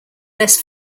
less